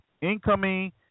incoming